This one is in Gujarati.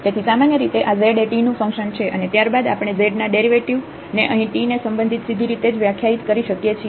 તેથી સામાન્યરીતે આ z એ t નું ફંક્શન છે અને ત્યારબાદ આપણે z ના ડેરિવેટિવ ને અહીં t ને સંબંધિત સીધી રીતેજ વ્યાખ્યાયિત કરી શકીએ છીએ